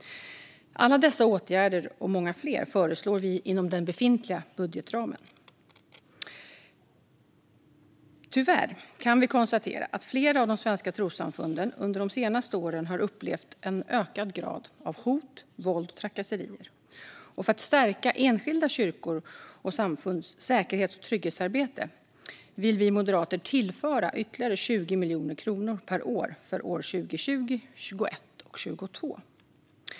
Alla dessa åtgärder och många fler föreslår vi inom den befintliga budgetramen. Tyvärr kan vi konstatera att flera av de svenska trossamfunden under de senaste åren har upplevt en ökad grad av hot, våld och trakasserier. För att stärka enskilda kyrkors och samfunds säkerhets och trygghetsarbete vill vi moderater tillföra ytterligare 20 miljoner kronor per år för åren 2020, 2021 och 2022.